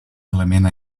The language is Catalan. element